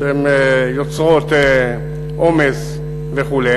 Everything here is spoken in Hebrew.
שיוצרות עומס וכו',